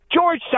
George